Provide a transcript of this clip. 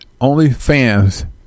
OnlyFans